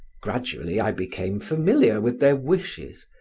gradually i became familiar with their wishes,